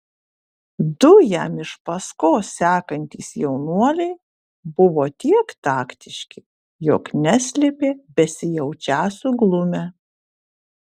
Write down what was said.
du jam iš paskos sekantys jaunuoliai buvo tiek taktiški jog neslėpė besijaučią suglumę